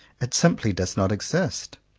it simply does not exist.